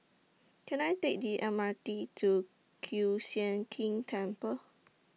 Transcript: Can I Take The M R T to Kiew Sian King Temple